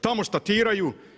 Tamo statiraju.